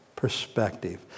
Perspective